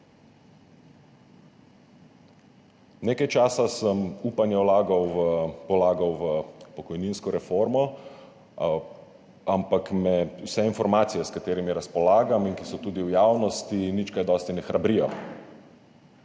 Nekaj časa sem upanje vlagal, polagal v pokojninsko reformo, ampak me vse informacije, s katerimi razpolagam in ki so tudi v javnosti, nič kaj dosti ne hrabrijo.